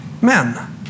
men